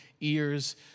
ears